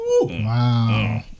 wow